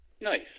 Nice